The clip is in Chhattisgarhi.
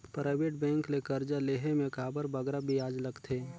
पराइबेट बेंक ले करजा लेहे में काबर बगरा बियाज लगथे